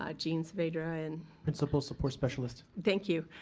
ah jean spader and principal support specialist. thank you.